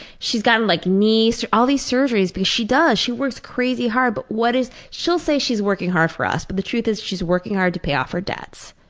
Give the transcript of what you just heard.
she's got and like knees and all these surgeries because she does she works crazy hard but what is, she'll say she's working hard for us but the truth is she's working hard to pay off her debt.